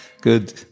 Good